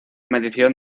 medición